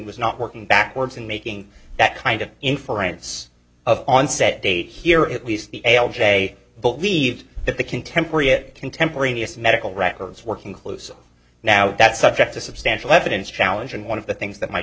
was not working backwards and making that kind of inference of onset date here at least the a l j believed that the contemporary it contemporaneous medical records working close now that's subject to substantial evidence challenging one of the things that might